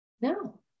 No